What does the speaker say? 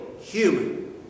human